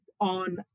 on